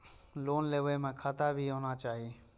Loan लेबे में खाता भी होना चाहि?